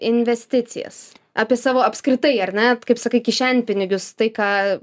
investicijas apie savo apskritai ar ne kaip sakai kišenpinigius tai ką